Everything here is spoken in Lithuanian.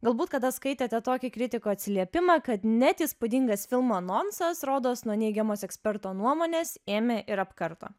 galbūt kada skaitėte tokį kritikų atsiliepimą kad net įspūdingas filmo anonsas rodos nuo neigiamos eksperto nuomonės ėmė ir apkarto